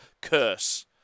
curse